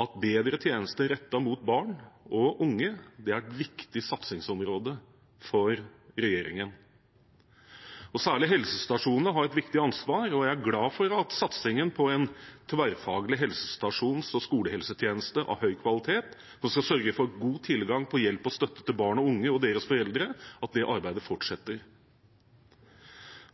at bedre tjenester rettet mot barn og unge er et viktig satsingsområde for regjeringen. Særlig helsestasjonene har et viktig ansvar, og jeg er glad for satsingen på en tverrfaglig helsestasjons- og skolehelsetjeneste av høy kvalitet, som skal sørge for god tilgang på hjelp og støtte til barn og unge og deres foreldre, og at det arbeidet fortsetter.